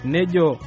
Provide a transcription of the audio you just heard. Nejo